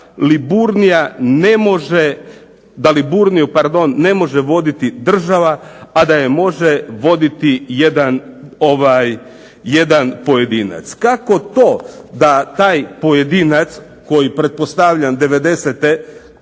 Liburnija ne može, da Liburniju pardon ne može voditi država, a da je može voditi jedan pojedinac. Kako to da taj pojedinac koji pretpostavljam